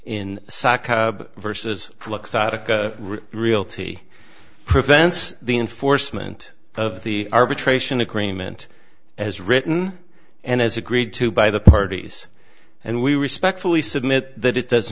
vs realty prevents the enforcement of the arbitration agreement as written and as agreed to by the parties and we respectfully submit that it does